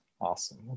Awesome